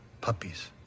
puppies